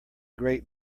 great